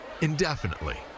indefinitely